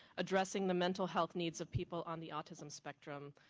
addressing the mental health needs of people on the autism spectrum.